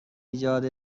ایجاد